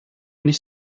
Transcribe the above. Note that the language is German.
nicht